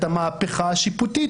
את המהפכה השיפוטית,